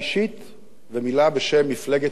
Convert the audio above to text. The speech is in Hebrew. ומלה בשם מפלגת העבודה המתחדשת.